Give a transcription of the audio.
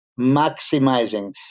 maximizing